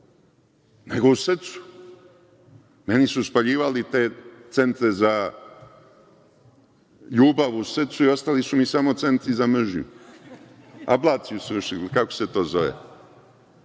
nego u srcu. Meni su spaljivali te centre za ljubav u srcu i ostali su mi samo centri za mržnju. Ablaciju su vršili, ili kako se to zove,